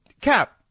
cap